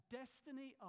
destiny